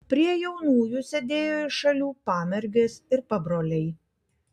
prie jaunųjų sėdėjo iš šalių pamergės ir pabroliai